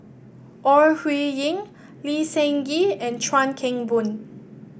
Ore Huiying Lee Seng Gee and Chuan Keng Boon